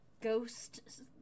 ghost